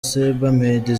sebamed